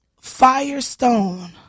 Firestone